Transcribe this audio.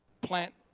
plant